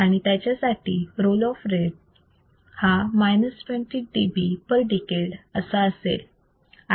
आणि याच्यासाठी roll off rate हा minus 20 dB per decade असा असेल